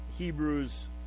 Hebrews